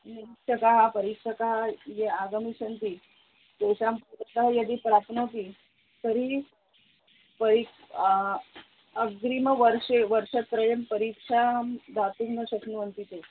निरीक्षकाः परीक्षकाः ये आगमिष्यन्ति तेषां पुरतः यदि प्राप्नोति तर्हि परि अग्रिमवर्षे वर्षत्रयं परीक्षां दातुं न शक्नुवन्ति ते